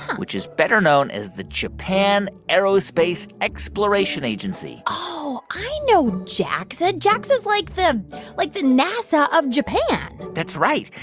which is better known as the japan aerospace exploration agency oh, i know jaxa. jaxa's like the like the nasa of japan that's right.